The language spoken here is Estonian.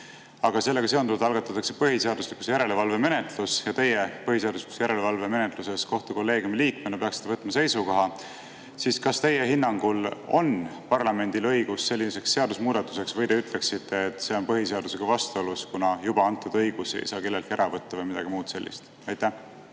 aga sellega seonduvalt algatatakse põhiseaduslikkuse järelevalve menetlus ja teie põhiseaduslikkuse järelevalve menetluses kohtukolleegiumi liikmena peaksite võtma seisukoha, siis kas teie hinnangul on parlamendil õigus selliseks seadusemuudatuseks või te ütleksite, et see on põhiseadusega vastuolus, kuna juba antud õigusi ei saa kelleltki ära võtta, või midagi muud sellist? Suur